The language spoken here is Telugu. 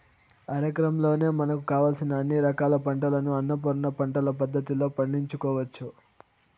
అరెకరంలోనే మనకు కావలసిన అన్ని రకాల పంటలను అన్నపూర్ణ పంటల పద్ధతిలో పండించుకోవచ్చు